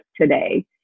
today